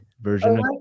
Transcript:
version